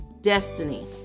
destiny